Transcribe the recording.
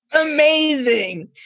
amazing